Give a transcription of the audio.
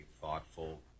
thoughtful